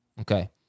Okay